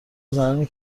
زنانی